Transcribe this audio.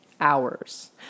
Hours